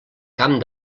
camp